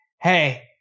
hey